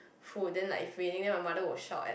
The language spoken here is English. food then like if raining then my mother will shout at